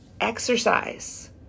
Exercise